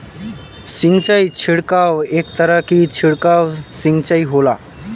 सिंचाई छिड़काव एक तरह क छिड़काव सिंचाई होला